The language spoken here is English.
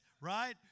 right